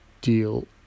deal